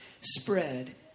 spread